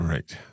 Right